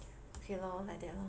okay lor like that lor